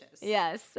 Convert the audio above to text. Yes